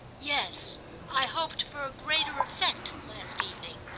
yes i hoped for a greater effect last evening.